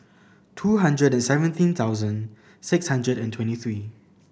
two hundred and seventeen thousand six hundred and twenty three